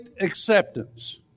acceptance